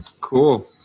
Cool